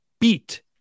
beat